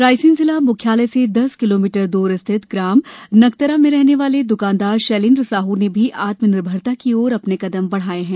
रायसेन जिला मुख्यालय से दस किलोमीटर दूर स्थित ग्राम नकतरा में रहने वाले दुकानदार शैलेन्द्र साहू ने भी आत्मनिर्भरता की ओर अपने कदम बढ़ाये हैं